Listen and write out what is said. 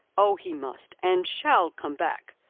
oh! he must and shall come back,